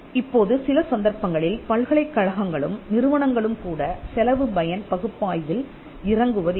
இப்போது சில சந்தர்ப்பங்களில் பல்கலைக்கழகங்களும் நிறுவனங்களும் கூட செலவு பயன் பகுப்பாய்வில் இறங்குவதில்லை